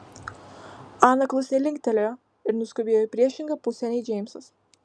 ana klusniai linktelėjo ir nuskubėjo į priešingą pusę nei džeimsas